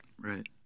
right